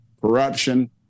corruption